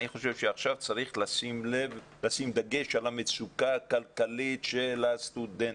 אני חושב שעכשיו צריך לשים דגש על המצוקה הכלכלית של הסטודנטים.